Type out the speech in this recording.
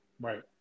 Right